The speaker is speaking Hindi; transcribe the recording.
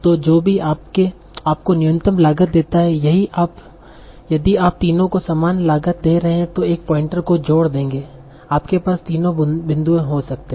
तो जो भी आपको न्यूनतम लागत देता है यदि आप तीनों को समान लागत दे रहे हैं तो एक पॉइंटर को जोड़ देंगे आपके पास तीनों बिंदु हो सकते हैं